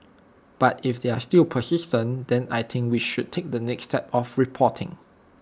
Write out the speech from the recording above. but if they are still persistent then I think we should take the next step of reporting